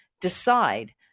decide